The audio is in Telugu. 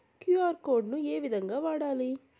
క్యు.ఆర్ కోడ్ ను ఏ విధంగా వాడాలి?